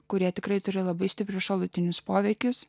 kurie tikrai turi labai stiprius šalutinius poveikius